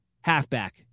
halfback